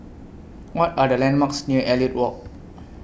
What Are The landmarks near Elliot Walk